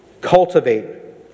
cultivate